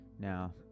Now